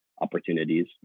opportunities